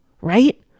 right